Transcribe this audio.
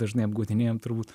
dažnai apgaudinėjam turbūt